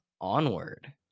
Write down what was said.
Onward